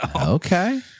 Okay